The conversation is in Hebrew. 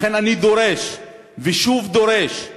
לכן אני דורש ושוב דורש,